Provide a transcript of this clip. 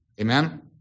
Amen